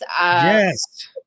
Yes